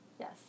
Yes